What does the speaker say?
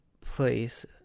place